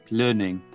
learning